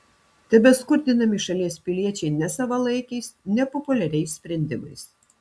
tebeskurdinami šalies piliečiai nesavalaikiais nepopuliariais sprendimais